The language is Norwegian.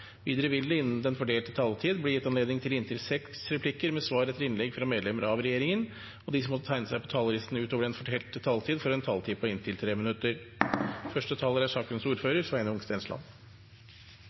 Videre vil det – innenfor den fordelte taletid – bli gitt anledning til inntil seks replikker med svar etter innlegg fra medlemmer av regjeringen, og de som måtte tegne seg på talerlisten utover den fordelte taletid, får en taletid på inntil 3 minutter.